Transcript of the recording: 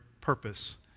purpose